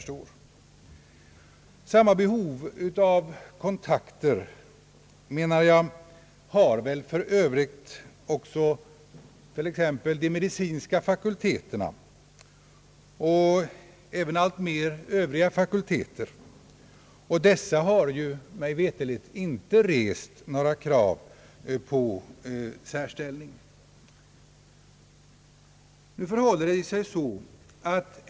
Samma behov av kontakter har väl för övrigt också t.ex. de medicinska fakulteterna och även, i allt högre grad, övriga fakulteter, och dessa har mig veterligt inte rest några krav på särställning.